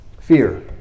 Fear